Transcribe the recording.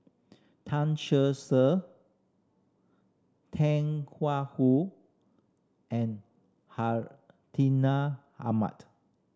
Tan Cher Ser Tang Hua Wu and Hartinah Ahmad